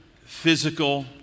physical